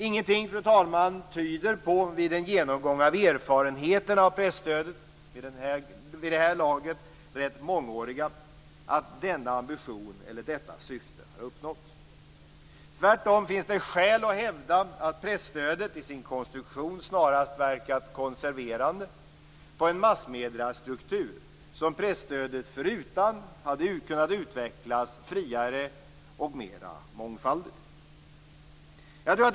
Ingenting, fru talman, tyder på vid en genomgång av erfarenheterna av det vid det här laget rätt mångåriga presstödet att detta syfte har uppnåtts. Tvärtom finns det skäl att hävda att presstödet i sin konstruktion snarare verkat konserverande på en massmediestruktur som presstödet förutan hade kunnat utvecklats friare och mer mångfaldigt.